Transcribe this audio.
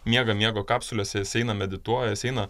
miega miego kapsulėse jis eina medituoja jis eina